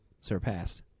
surpassed